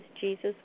Jesus